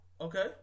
Okay